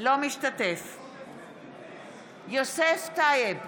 אינו משתתף בהצבעה יוסף טייב,